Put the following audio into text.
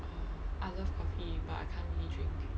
oh I love coffee but I can't really drink